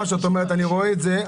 אני רואה את זה,